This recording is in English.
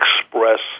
express